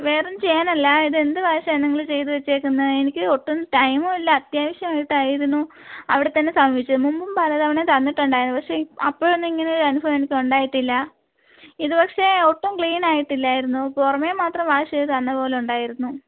വേറൊന്നും ചെയ്യാനല്ല ഇതെന്തു വാഷാണ് നിങ്ങൾ ചെയ്തു വച്ചിരിക്കുന്നത് എനിക്ക് ഒട്ടും ടൈമും ഇല്ല അത്യാവശ്യമായിട്ടായിരുന്നു അവിടെത്തന്നെ സമീപിച്ചത് മുമ്പും പലതവണ തന്നിട്ടുണ്ടായിരുന്നു പക്ഷെ അപ്പോഴൊന്നും ഇങ്ങനെയൊരു അനുഭവം എനിക്കുണ്ടായിട്ടില്ല ഇതുപക്ഷേ ഒട്ടും ക്ലീനായിട്ടില്ലായിരുന്നു പുറമെ മാത്രം വാഷ് ചെയ്തു തന്നതുപോലെ ഉണ്ടായിരുന്നു